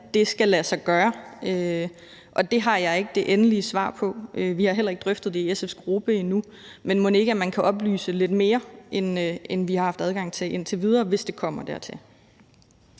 det skal kunne lade sig gøre, og det har jeg ikke det endelige svar på. Vi har heller ikke drøftet det i SF's gruppe endnu, men mon ikke man vil kunne komme med lidt flere oplysninger, end vi har haft adgang til indtil videre, hvis det kommer dertil?